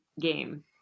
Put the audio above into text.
Game